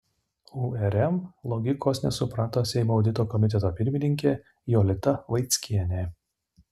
urm logikos nesuprato seimo audito komiteto pirmininkė jolita vaickienė